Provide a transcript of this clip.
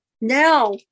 Now